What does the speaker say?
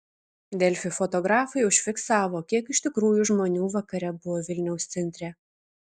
delfi fotografai užfiksavo kiek iš tikrųjų žmonių vakare buvo vilniaus centre